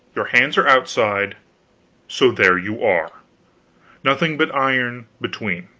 your hands are outside so there you are nothing but iron between.